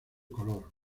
color